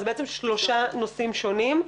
אז בעצם שלושה נושאים שונים.